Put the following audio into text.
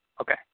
Okay